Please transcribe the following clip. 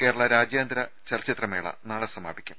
കേരള രാജ്യാന്തര ചലച്ചിത്ര മേള നാളെ സമാപിക്കും